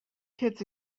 kids